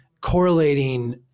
correlating